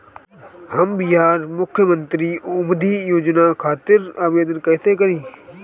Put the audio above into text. हम बिहार मुख्यमंत्री उद्यमी योजना खातिर आवेदन कईसे करी?